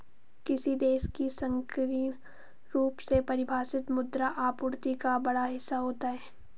किसी देश की संकीर्ण रूप से परिभाषित मुद्रा आपूर्ति का बड़ा हिस्सा होता है